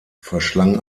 verschlang